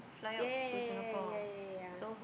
ya ya ya ya ya ya